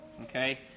okay